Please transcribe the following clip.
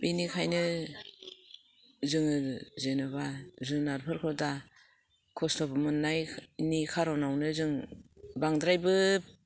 बिनिखायनो जोङो जेन'बा जुनारफोरखौ दा खस्थ' मोननायनि कार'नावनो जों बांद्रायबो